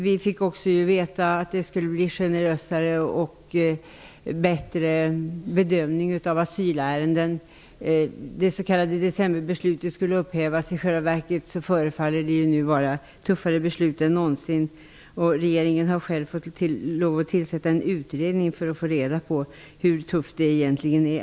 Vi fick veta att det skulle bli generösare och bättre bedömning av asylärenden. Det s.k. decemberbeslutet skulle upphävas. I själva verket förefaller det nu vara tuffare beslut än någonsin. Regeringen har själv fått lov att tillsätta en utredning för att få reda på hur tufft det egentligen är.